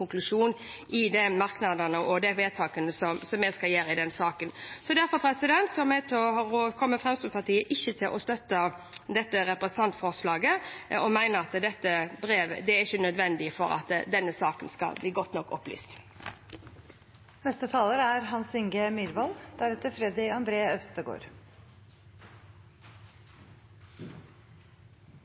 i merknadene i saken og de vedtakene vi skal gjøre. Derfor kommer ikke Fremskrittspartiet til å støtte dette representantforslaget og mener det ikke er nødvendig for at denne saken skal bli godt nok opplyst.